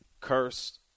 cursed